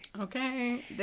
Okay